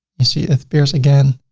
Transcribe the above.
you see it appears again.